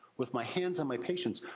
with my hands on my patients,